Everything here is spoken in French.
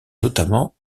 notamment